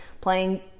playing